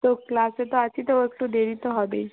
তো ক্লাসে তো আছি তো একটু দেরি তো হবেই